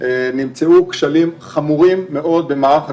נמצאו כשלים חמורים מאוד במערך הכשרות.